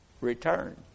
return